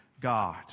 God